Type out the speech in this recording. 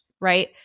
right